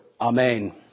Amen